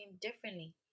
differently